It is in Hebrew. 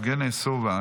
יבגני סובה,